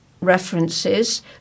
references